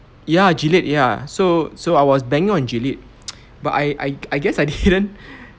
ya gilead ya so so I was banging on gilead but I I I guess I didn't